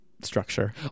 structure